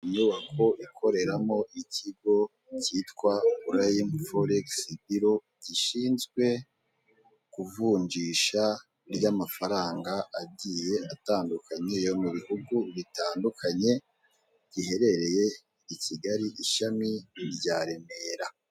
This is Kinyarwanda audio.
Inyubako ikoreramo ikigo cyitwa purayimu foregisi biro, gishinzwe kuvunjisha amafaranga agiye atandukanye yo mu bihugu bitandukanye giherereye i Kigali ishami rya Remera.